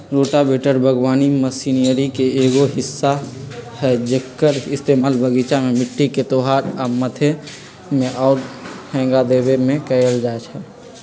rotavator बगवानी machinery के एगो हिस्सा हई जेक्कर इस्तेमाल बगीचा में मिट्टी के तोराई आ मथे में आउ हेंगा देबे में कएल जाई छई